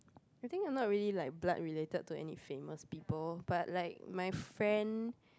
I think I'm not really like blood related to any famous people but like my friend